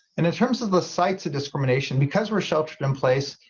and in terms of the sites of discrimination, because we're sheltered in place,